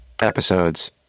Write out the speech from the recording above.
Episodes